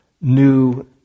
new